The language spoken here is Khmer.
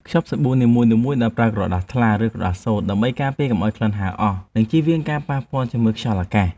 ខ្ចប់សាប៊ូនីមួយៗដោយប្រើក្រដាសថ្លា ឬក្រដាសសូត្រ ដើម្បីការពារកុំឱ្យក្លិនហើរអស់ និងជៀសវាងការប៉ះពាល់ជាមួយខ្យល់អាកាស។